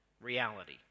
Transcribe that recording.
reality